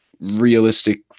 realistic